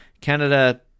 Canada